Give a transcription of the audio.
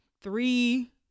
three